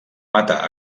matar